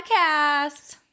Podcast